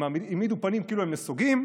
הם העמידו פנים כאילו הם נסוגים,